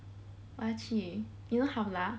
我要去 you know Hvala